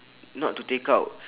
not to take out